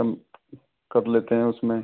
कर लेते है उसमें